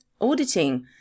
auditing